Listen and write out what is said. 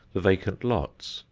the vacant lots,